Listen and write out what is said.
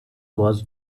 was